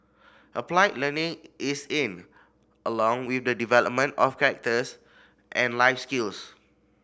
applied learning is in along with the development of characters and life skills